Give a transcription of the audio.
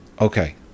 okay